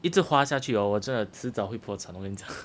一直花下去 hor 我真的迟早会破产了我跟你讲